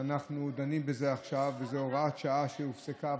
אנחנו דנים בזה עכשיו וזו הוראת שעה שהופסקה,